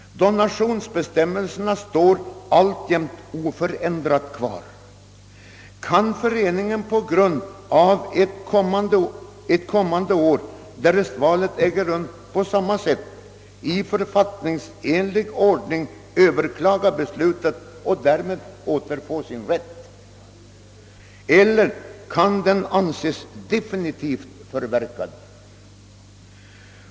Donationsbestämmelserna är alltjämt oförändrade. Kan föreningen ett kom mande år, därest valet äger rum på samma sätt, i författningsenlig ordning överklaga beslutet och därmed återfå sin rätt? Eller kan dess rätt anses definitivt förverkad?